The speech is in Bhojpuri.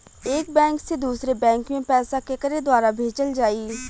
एक बैंक से दूसरे बैंक मे पैसा केकरे द्वारा भेजल जाई?